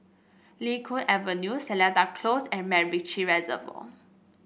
Kee Sun Avenue Seletar Close and MacRitchie Reservoir